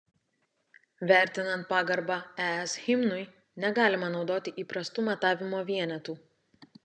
vertinant pagarbą es himnui negalima naudoti įprastų matavimo vienetų